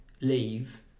leave